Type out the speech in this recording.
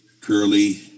Curly